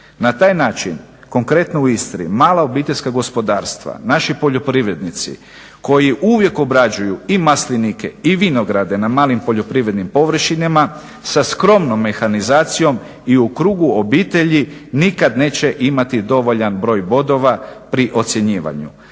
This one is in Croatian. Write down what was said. Na taj način, konkretno u Istri, mala obiteljska gospodarstva, naši poljoprivrednici koji uvijek obrađuju i maslinike i vinograde na malim poljoprivrednim površinama sa skromnom mehanizacijom i u krugu obitelji nikad neće imati dovoljan broj bodova pri ocjenjivanju.